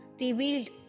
revealed